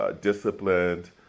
disciplined